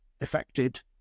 affected